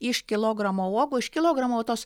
iš kilogramo uogų iš kilogramo tos